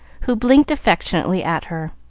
who blinked affectionately at her.